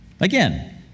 Again